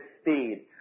speed